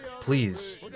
please